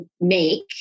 make